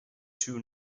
two